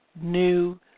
new